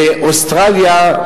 ואוסטרליה,